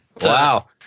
Wow